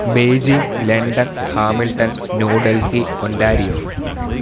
Beijing London Hamilton New Delhi Ontario